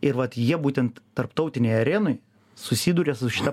ir vat jie būtent tarptautinėj arenoj susiduria su šita